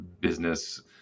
business